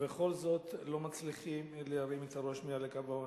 ובכל זאת לא מצליחים להרים את הראש מעל לקו העוני.